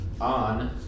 on